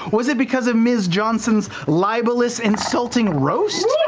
was it because of ms. johnson's libelous insulting roast?